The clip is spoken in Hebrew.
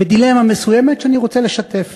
בדילמה מסוימת,